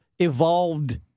evolved